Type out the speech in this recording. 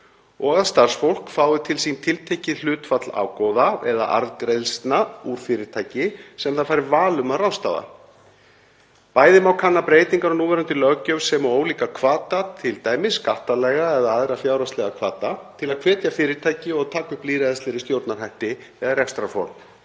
og að starfsfólk fái til sín tiltekið hlutfall ágóða eða arðgreiðslna úr fyrirtæki sem það fær val um að ráðstafa. Bæði má kanna breytingar á núverandi löggjöf sem og ólíka hvata, t.d. skattalega og aðra fjárhagslega hvata, til að hvetja fyrirtæki að taka upp lýðræðislegri stjórnarhætti eða rekstrarform.